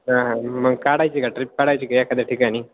हा हां मग काढायची का ट्रिप काढायची का एखाद्या ठिकाणी